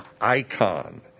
icon